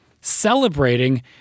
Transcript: celebrating